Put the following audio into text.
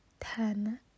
Ten